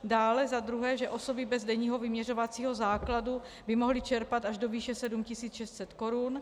Dále za druhé, že osoby bez denního vyměřovacího základu by mohly čerpat až do výše 7 600 korun.